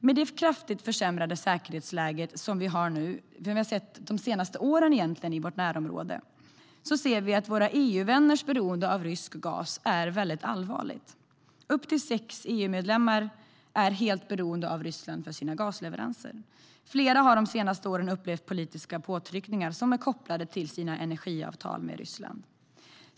Med det kraftigt försämrade säkerhetsläget som vi har sett de senaste åren i vårt närområde är våra EU-vänners beroende av rysk gas mycket allvarligt. Upp till sex EU-medlemmar är helt beroende av Ryssland för sina gasleveranser. Flera har de senaste åren upplevt politiska påtryckningar kopplade till sina energiavtal med Ryssland.